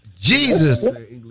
Jesus